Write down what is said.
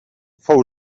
fou